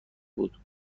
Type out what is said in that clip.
بود